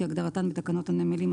כהגדרתן בתקנות הנמלים,